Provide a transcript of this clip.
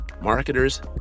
marketers